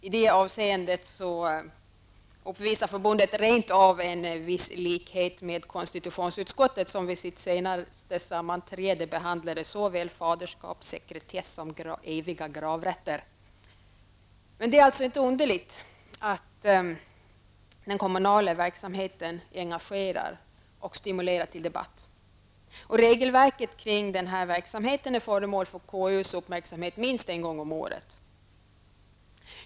I det avseendet uppvisar förbundet rent av en viss likhet med konstitutionsutskottet som vid sitt senaste sammanträde behandlade såväl faderskapssekretess som eviga gravrätter. Det är inte underligt att den kommunala verksamheten engagerar och stimulerar till debatt. Regelverket kring den här verksamheten är föremål för KUs uppmärksamhet minst en gång om året.